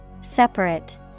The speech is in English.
Separate